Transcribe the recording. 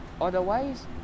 Otherwise